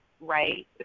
right